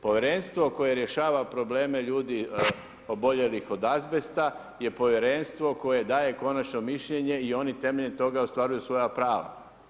Povjerenstvo koje rješava probleme ljudi oboljelih od azbesta je povjerenstvo koje daje konačno mišljenje i oni temeljem toga ostvaruju svoja prava.